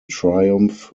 triumph